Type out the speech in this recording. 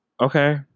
okay